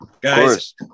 Guys